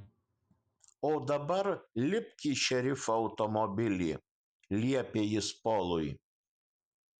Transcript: o dabar lipk į šerifo automobilį liepė jis polui